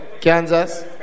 Kansas